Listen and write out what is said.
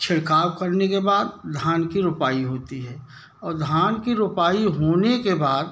छिड़काव करने के बाद धान की रूपाई होती है और धान की रूपाई होने के बाद